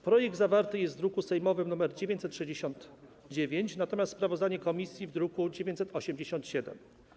Projekt zawarty jest w druku sejmowym nr 969, natomiast sprawozdanie komisji zawarte jest w druku nr 987.